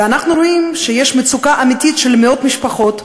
ואנחנו רואים שיש מצוקה אמיתית של מאות משפחות,